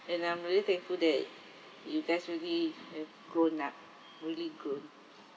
and I'm really thankful that you guys really ya grown up really good